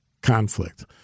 conflict